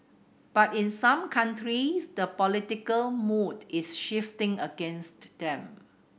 but in some countries the political mood is shifting against them